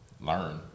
learn